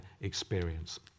experience